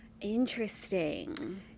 Interesting